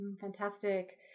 Fantastic